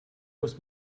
muss